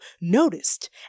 noticed